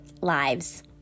lives